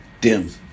Dim